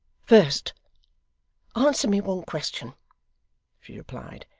first answer me one question she replied.